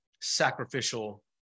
sacrificial